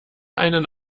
einen